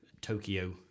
Tokyo